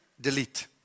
delete